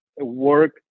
work